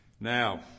Now